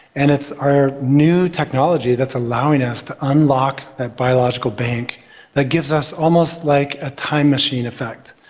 and it's our new technology that's allowing us to unlock that biological bank that gives us almost like a time machine effect.